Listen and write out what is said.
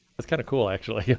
it's kind of cool, actually.